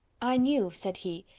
i knew, said he,